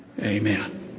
Amen